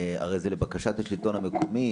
הרי זה לבקשת השלטון המקומי,